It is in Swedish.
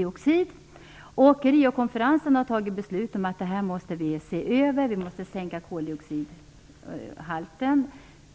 Vid Riokonferensen fattades beslut om att vi måste sänka koldioxidutsläppen